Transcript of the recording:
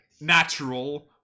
natural